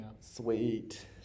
Sweet